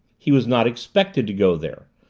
he was not expected to go there.